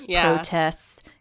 protests